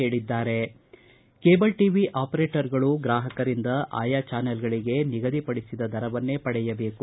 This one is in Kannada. ಚುಟುಕು ಸುದ್ದಿ ಕೇಬಲ್ ಟಿವಿ ಆಪರೇಟರ್ಗಳು ಗ್ರಾಹಕರಿಂದ ಆಯಾ ಚಾನೆಲ್ಗಳಿಗೆ ನಿಗದಿಪಡಿಸಿದ ದರವನ್ನೇ ಪಡೆಯದೇಕು